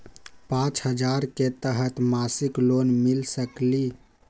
पाँच हजार के तहत मासिक लोन मिल सकील?